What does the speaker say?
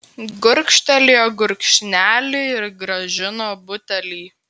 gurkštelėjo gurkšnelį ir grąžino butelį